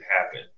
happen